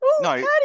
No